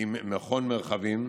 עם מכון מרחבים,